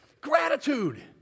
Gratitude